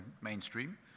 mainstream